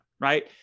right